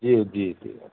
जी जी जी